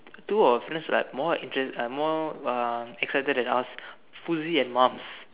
two of our friends right more interest~ uh more uh excited than us Fuzi and maams